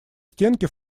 стенки